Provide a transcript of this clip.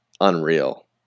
unreal